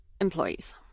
employees